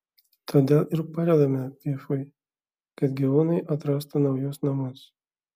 todėl ir padedame pifui kad gyvūnai atrastų naujus namus